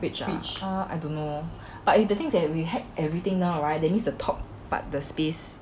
fridge ah ah I don't know but if the thing that we had everything now right that means the top but the space